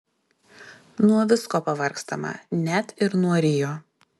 nuo visko pavargstama net ir nuo rio